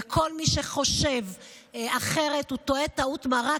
וכל מי שחושב אחרת טועה טעות מרה,